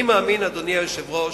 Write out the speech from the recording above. אני מאמין, אדוני היושב-ראש,